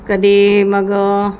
कधी मग